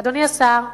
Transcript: אדוני השר,